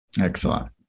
Excellent